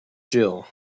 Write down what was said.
jill